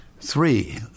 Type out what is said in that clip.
Three